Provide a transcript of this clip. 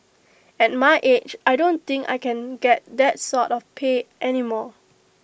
at my age I don't think I can get that sort of pay any more